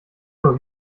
nur